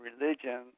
religion